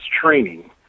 training